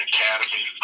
Academy